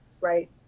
Right